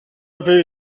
appelés